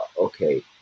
okay